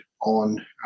on